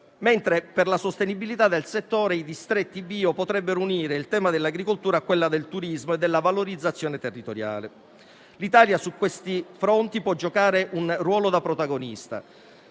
mentre per la sostenibilità del settore i distretti bio potrebbero unire il tema dell'agricoltura a quello del turismo e della valorizzazione territoriale. L'Italia su questi fronti può giocare un ruolo da protagonista.